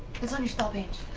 it's on your spell page.